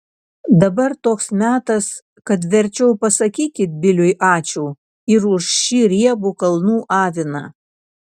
dabar toks metas kad verčiau pasakykit biliui ačiū ir už šį riebų kalnų aviną